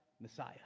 messiah